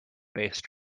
based